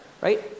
right